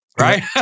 right